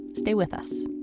stay with us